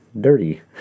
dirty